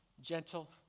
gentle